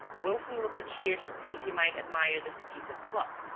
wilson looked at shears to see if he might admire this piece of pluck.